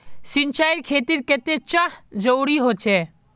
सिंचाईर खेतिर केते चाँह जरुरी होचे?